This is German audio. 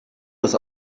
des